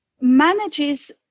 manages